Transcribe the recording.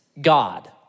God